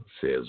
says